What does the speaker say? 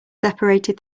separated